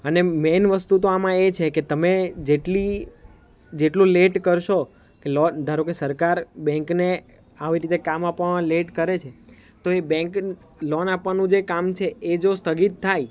અને મેન વસ્તુ તો આમાં એ છેકે તમે જેટલી જેટલું લેટ કરશો કે લોન ધારો કે સરકાર બેંકને આવી રીતે કામ આપવામાં લેટ કરે છે તો એ બેન્ક લોન આપવાનું જે કામ છે એ જો સ્થગિત થાય